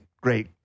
great